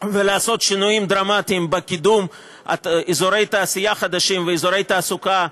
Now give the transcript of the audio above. ולעשות שינויים דרמטיים בקידום אזורי תעשייה חדשים ואזורי תעסוקה,